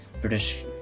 British